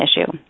issue